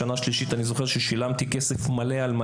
בשנה השלישית שילמתי תשלום מלא.